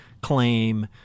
claim